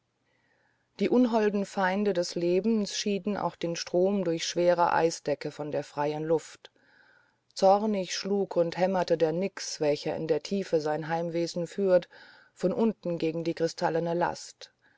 die unholden feinde des lebens schieden auch den strom durch schwere eisdecke von der freien luft zornig schlug und hämmerte der nix welcher in der tiefe sein heimwesen führt von unten gegen die kristallene last